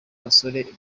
abasore